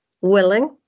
willing